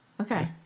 Okay